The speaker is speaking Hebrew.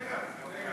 תודה, אדוני היושב-ראש.